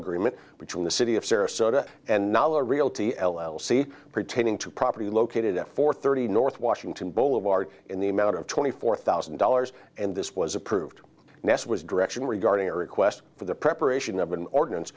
agreement between the city of sarasota and nala realty l l c pertaining to property located at four thirty north washington boulevard in the amount of twenty four thousand dollars and this was approved nest was direction regarding a request for the preparation of an ordinance